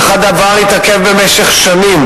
אך הדבר התעכב במשך שנים,